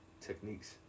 Techniques